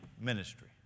ministry